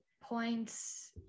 points